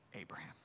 Abraham